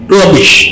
rubbish